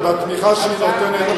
ובתמיכה שהיא נותנת לש"ס.